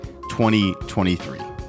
2023